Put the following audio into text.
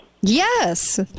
Yes